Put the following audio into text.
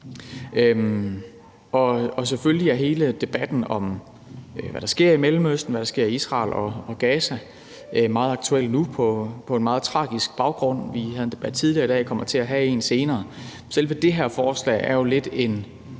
Og selvfølgelig er hele debatten om, hvad der sker i Mellemøsten, hvad der sker i Israel og Gaza, meget aktuel nu på en meget tragisk baggrund. Vi havde en debat tidligere i dag og kommer til at have en senere, og selve det her forslag er jo lidt en